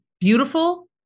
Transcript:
Beautiful